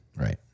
right